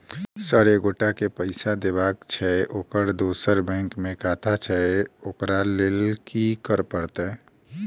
Sir एक एगोटा केँ पैसा देबाक छैय ओकर दोसर बैंक मे खाता छैय ओकरा लैल की करपरतैय?